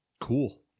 cool